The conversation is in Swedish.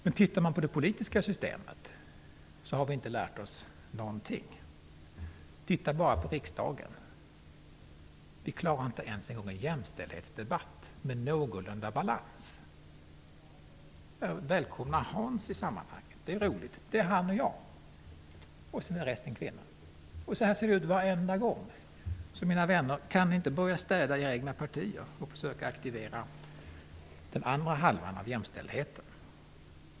Om man ser på det politiska systemet, finner man att vi inte har lärt oss någonting. Titta bara på riksdagen. Vi klarar inte ens av att föra en jämställdhetsdebatt med någorlunda balans. Jag välkomnar Hans Andersson i sammanhanget. Det är roligt. Det är han och jag, och resten av debattörerna är kvinnor. Så ser det ut varenda gång. Mina vänner, kan ni inte börja städa i era egna partier och försöka aktiviera den andra halvan för jämställdhetsfrågorna?